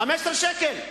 15 שקל?